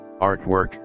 artwork